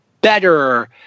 better